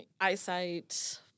eyesight